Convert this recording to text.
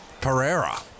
Pereira